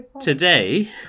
Today